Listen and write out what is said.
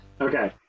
Okay